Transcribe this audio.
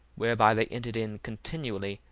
whereby they entered in continually,